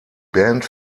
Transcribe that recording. band